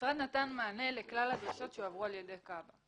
המשרד נתן מענה לכלל הדרישות שהועברו על ידי כב"ה.